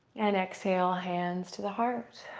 and exhale, hands to the heart.